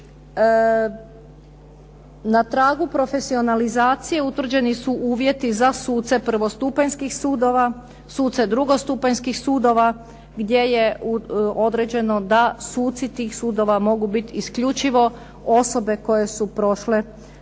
Na tragu profesionalizacije utvrđeni su uvjeti za suce prvostupanjskih sudova, suce drugostupanjskih sudova gdje je određeno da suci tih sudova mogu biti isključivo osobe koje su prošle državnu